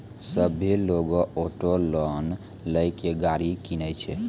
सभ्भे लोगै auto loan लेय के गाड़ी किनै छै